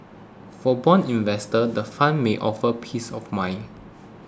for bond investors the fund may offer peace of mind